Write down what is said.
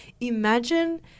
Imagine